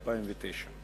2009,